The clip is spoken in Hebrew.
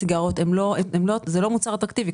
הסיגריות הוא לא מוצר אטרקטיבי.